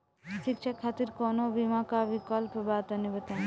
शिक्षा खातिर कौनो बीमा क विक्लप बा तनि बताई?